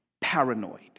paranoid